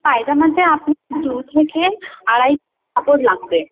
পায়জামাতে আপনার দু থেকে আড়াই কাপড় লাগবে